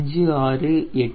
2620